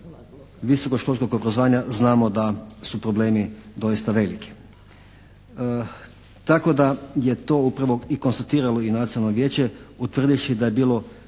visokoškolskog obrazovanja znamo da su problemi doista veliki. Tako da je to upravo i konstatiralo i nacionalno vijeće, utvrdivši da je bilo